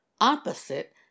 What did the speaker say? opposite